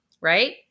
right